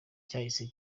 cyahise